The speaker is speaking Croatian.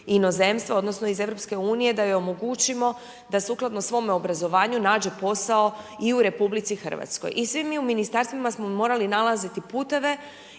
inozemstva odnosno iz Europske unije, da joj omogućimo da sukladno svome obrazovanju nađe posao i u Republici Hrvatskoj. I svi mi u Ministarstvima smo morali nalaziti puteve